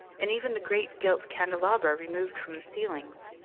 and even the great gilt candelabra removed from the ceilings,